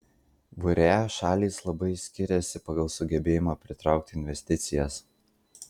vre šalys labai skiriasi pagal sugebėjimą pritraukti investicijas